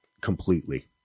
completely